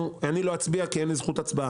אני לא אצביע היום כי אין לי זכות הצבעה,